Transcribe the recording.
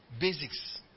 Basics